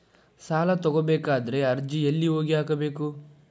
ಸಾಲ ತಗೋಬೇಕಾದ್ರೆ ಅರ್ಜಿ ಎಲ್ಲಿ ಹೋಗಿ ಹಾಕಬೇಕು?